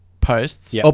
posts